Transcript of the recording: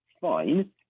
fine